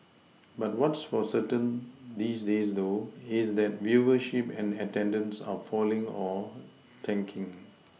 but what's for certain these days though is that viewership and attendance are falling or tanking